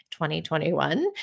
2021